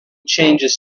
changes